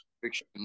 fiction